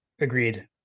agreed